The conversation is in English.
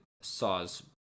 Saw's